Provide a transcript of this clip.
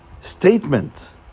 statement